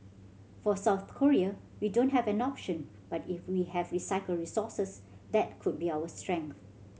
for South Korea we don't have an option but if we have recycled resources that could be our strength